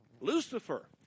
Lucifer